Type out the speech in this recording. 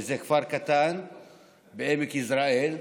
כפר קטן בעמק יזרעאל,